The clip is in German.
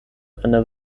einer